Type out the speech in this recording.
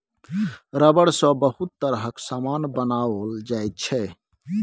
rubber सँ बहुत तरहक समान बनाओल जाइ छै